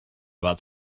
about